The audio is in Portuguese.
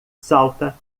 salta